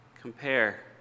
compare